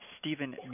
Stephen